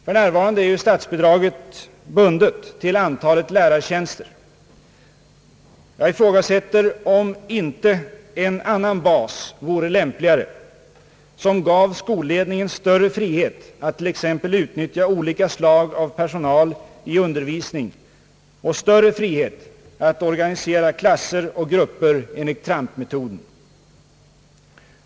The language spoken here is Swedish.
För närvarande är statsbidraget bundet till antalet lärartjänster. Jag ifrågasätter, om inte en annan bas vore lämpligare, som gav skolledningen större frihet att t.ex. utnyttja olika slag av personal i undervisningen och större frihet att organisera klasser och grupper enligt Trump-metoden.